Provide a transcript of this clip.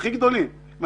הכי גדולים.